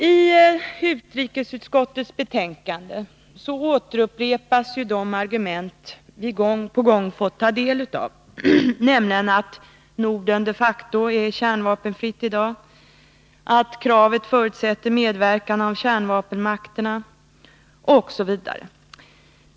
I utrikesutskottets betänkande upprepas de argument som vi gång på gång har fått ta del av, nämligen att Norden de facto är kärnvapenfritt i dag, att kravet förutsätter medverkan av kärnvapenmakterna osv.